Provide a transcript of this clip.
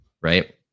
Right